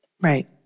right